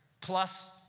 plus